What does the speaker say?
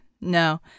No